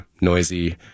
noisy